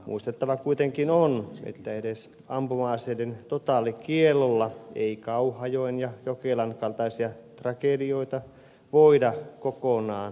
muistettava kuitenkin on että edes ampuma aseiden totaalikiellolla ei kauhajoen ja jokelan kaltaisia tragedioita voida kokonaan estää